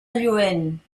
lluent